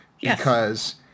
because-